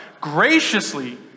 graciously